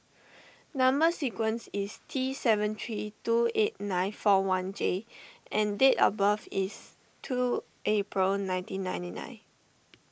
Number Sequence is T seven three two eight nine four one J and date of birth is two April nineteen ninety nine